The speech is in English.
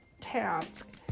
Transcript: task